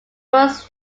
was